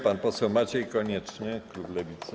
Pan poseł Maciej Konieczny, klub Lewicy.